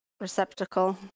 receptacle